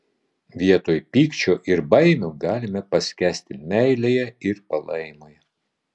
vietoj pykčio ir baimių galime paskęsti meilėje ir palaimoje